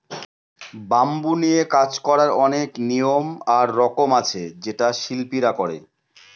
bamboo নিয়ে কাজ করার অনেক নিয়ম আর রকম আছে যেটা শিল্পীরা করে